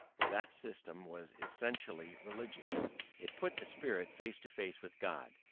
for that system was essentially religious it put the spirit face to face with god,